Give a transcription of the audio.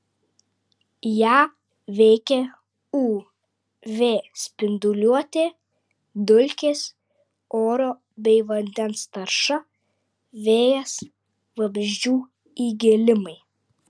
ją veikia uv spinduliuotė dulkės oro bei vandens tarša vėjas vabzdžių įgėlimai